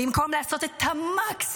במקום לעשות את המקסימום,